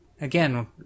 Again